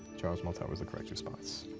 charles martel was the correct response.